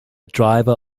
driver